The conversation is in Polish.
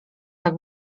tak